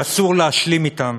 שאסור להשלים אתם.